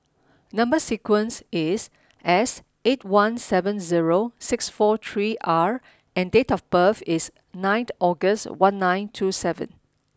number sequence is S eight one seven zero six four three R and date of birth is ninth August one nine two seven